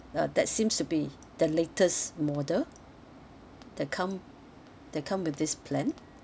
uh that seems to be the latest model that come that come with this plan